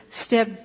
step